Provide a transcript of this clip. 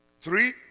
Three